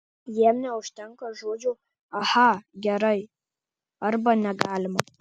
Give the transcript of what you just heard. jam neužtenka žodžio aha gerai arba negalima